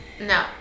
No